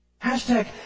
Hashtag